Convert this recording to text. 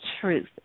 truth